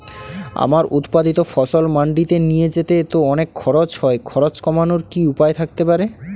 আমার উৎপাদিত ফসল মান্ডিতে নিয়ে যেতে তো অনেক খরচ হয় খরচ কমানোর কি উপায় থাকতে পারে?